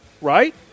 Right